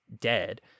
dead